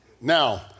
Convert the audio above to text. Now